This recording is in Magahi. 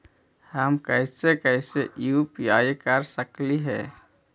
हम कैसे कैसे यु.पी.आई कर सकली हे?